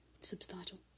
substantial